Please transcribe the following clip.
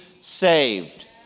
saved